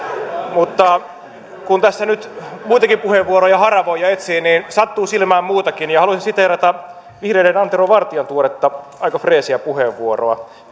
mutta kun tässä nyt muitakin puheenvuoroja haravoi ja etsii niin sattuu silmään muutakin haluaisin siteerata vihreiden antero vartian tuoretta aika freesiä puheenvuoroa